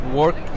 work